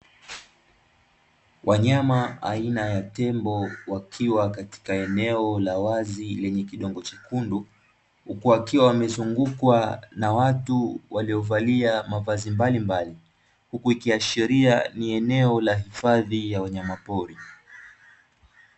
Wanyama aina ya tembo wakiwa katika eneo la wazi lenye kidongo chekundu, huku wakiwa wamezungukwa na watu waliovalia mavazi mbalimbali, huku ikiashiria ni eneo la hifadhi ya wanyamapori.